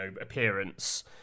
appearance